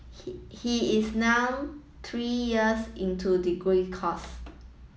he he is now three years into degree course